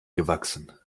gewachsen